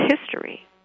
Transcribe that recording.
history